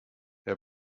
wer